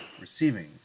receiving